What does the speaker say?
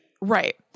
Right